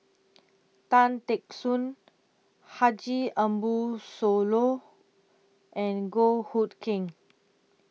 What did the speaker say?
Tan Teck Soon Haji Ambo Sooloh and Goh Hood Keng